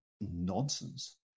nonsense